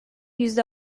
yüzde